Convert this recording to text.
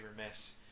remiss